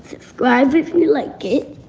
subscribe if you like it.